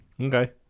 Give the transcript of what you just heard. Okay